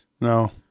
No